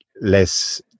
less